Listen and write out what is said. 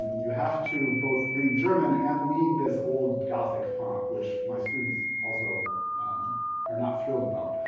you have to both read german and read this old gothic font, which my students also are not thrilled about,